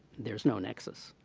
there's no nexus.